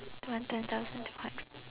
twen~ ten thousand two hundred